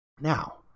Now